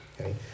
Okay